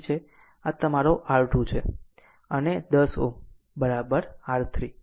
ધારો કે આ R3 છે આ તમારો R2 છે અને આ 10 Ω R3